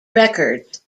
records